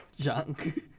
Junk